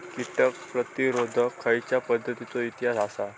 कीटक प्रतिरोधक खयच्या पसंतीचो इतिहास आसा?